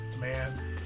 man